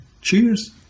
Cheers